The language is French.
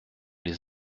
les